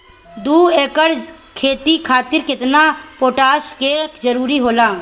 दु एकड़ खेती खातिर केतना पोटाश के जरूरी होला?